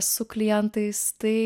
su klientais tai